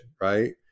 Right